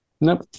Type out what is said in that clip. nope